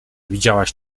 widziałaś